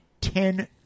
ten